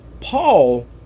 Paul